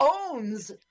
owns